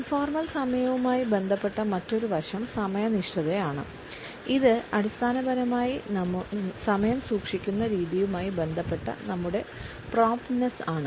informal സമയവുമായി ബന്ധപ്പെട്ട മറ്റൊരു വശം സമയനിഷ്ഠയാണ് ഇത് അടിസ്ഥാനപരമായി സമയം സൂക്ഷിക്കുന്ന രീതിയുമായി ബന്ധപ്പെട്ട നമ്മുടെ പ്രോംപ്റ്റൻസാണ്